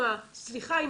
סליחה,